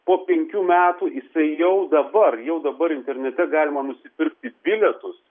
po penkių metų jisai jau dabar jau dabar internete galima nusipirkti bilietus